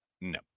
no